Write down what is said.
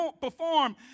perform